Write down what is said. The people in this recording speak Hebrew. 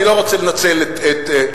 אני לא רוצה לנצל את זה,